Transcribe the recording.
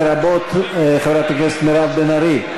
לרבות חברת הכנסת מירב בן ארי,